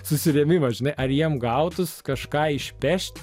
susirėmimas žinai ar jiem gautus kažką išpešt